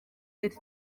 leta